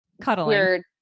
cuddling